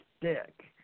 stick